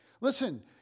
listen